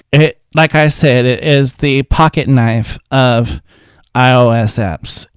it, like i said it is the pocket knife of ios apps.